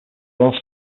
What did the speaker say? royal